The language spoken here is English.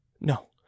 no